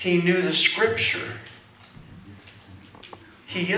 he knew the scripture h